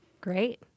Great